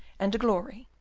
and to glory,